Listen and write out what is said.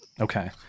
Okay